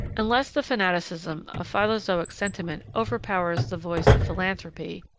unless the fanaticism of philozoic sentiment overpowers the voice of philanthropy,